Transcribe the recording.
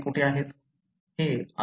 तर टार्गेट कोठे आहेत